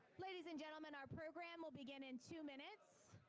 ladies and gentlemen, our program will begin in two minutes.